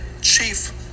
chief